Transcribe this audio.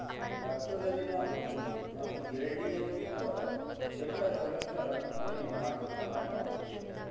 ರಕ್ತದಲ್ಲಿನ ಒಟ್ಟು ಮತ್ತು ಎಲ್.ಡಿ.ಎಲ್ ಅಥವಾ ಕೆಟ್ಟ ಕೊಲೆಸ್ಟ್ರಾಲ್ ಅನ್ನು ಕಡಿಮೆ ಮಾಡಲು ಸಹಾಯ ಮಾಡುತ್ತದೆ